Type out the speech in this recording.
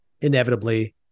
inevitably